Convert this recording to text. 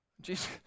Jesus